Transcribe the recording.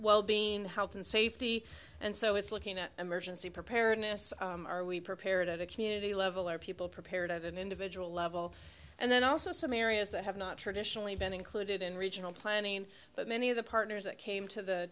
wellbeing health and safety and so it's looking at emergency preparedness are we prepared at a community level are people prepared at an individual level and then also some areas that have not traditionally been included in regional planning but many of the partners that came to the